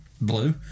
blue